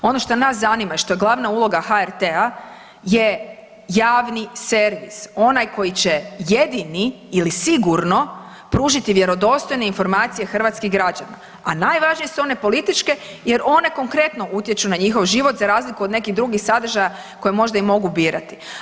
Ono što nas zanima, što je glavna uloga HRT-a je javni servis, onaj koji će jedini ili sigurno pružiti vjerodostojne informacije hrvatskih građana, a najvažnije su one političke jer one konkretno utječu na njihov život za razliku od nekih drugih sadržaja koje možda i mogu birati.